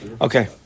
Okay